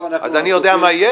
אז אני יודע מה יהיה?